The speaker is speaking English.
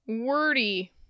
wordy